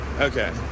okay